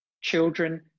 Children